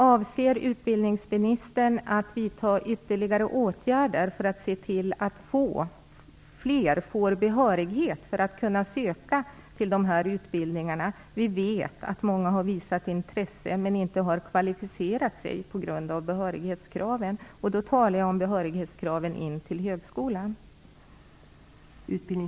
Avser utbildningsministern att vidta ytterligare åtgärder för att se till att fler får behörighet att söka till dessa utbildningar? Vi vet att många har visat intresse, men att de inte har kvalificerat sig på grund av behörighetskraven. Jag talar om de behörighetskrav som gäller högskolan.